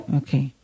okay